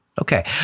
Okay